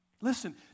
Listen